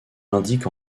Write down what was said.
indique